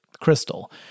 crystal